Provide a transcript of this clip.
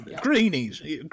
greenies